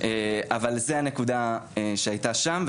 אבל זה נקודה שהיתה שם.